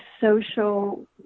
social